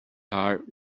heart